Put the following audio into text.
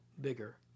bigger